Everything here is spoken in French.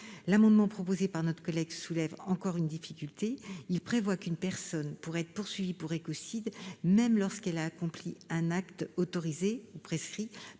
L'amendement soulève une autre difficulté : il prévoit qu'une personne pourrait être poursuivie pour écocide, même lorsqu'elle a accompli un acte autorisé ou prescrit